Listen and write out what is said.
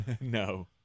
No